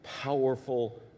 powerful